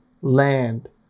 land